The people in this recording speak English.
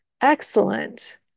excellent